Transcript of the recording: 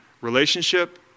Relationship